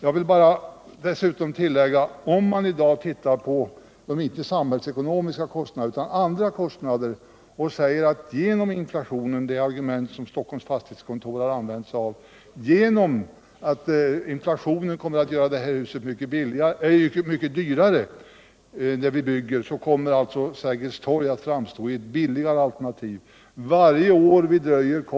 Jag vill slutligen ta upp det argument som Stockholms fastighetskontor har använt sig av och som innebär att om man inte bara ser på de samhällsekonomiska kostnaderna utan även på andra kostnader så kommer inflationen att göra det hus vi föreslår på Helgeandsholmen mycket dyrare, och då kommer Sergelstorgsalternativet att framstå som billigare.